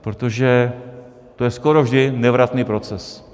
Protože to je skoro vždy nevratný proces.